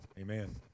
Amen